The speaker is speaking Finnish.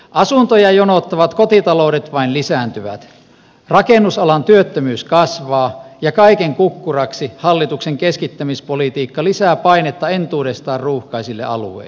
asuntoja jonottavat kotitaloudet vain lisääntyvät rakennusalan työttömyys kasvaa ja kaiken kukkuraksi hallituksen keskittämispolitiikka lisää painetta entuudestaan ruuhkaisille alueille